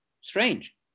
Strange